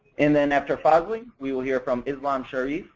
and then after farley, we will hear from islam sharif,